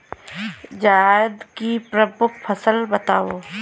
जायद की प्रमुख फसल बताओ